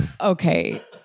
Okay